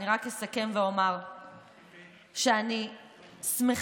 אני רק אסכם ואומר שאני שמחה,